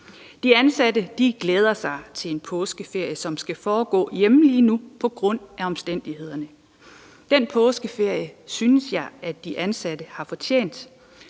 De ansatte glæder sig til en påskeferie, som skal foregå hjemme lige nu på grund af omstændighederne. Den påskeferie synes jeg at de ansatte har fortjent.